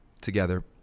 together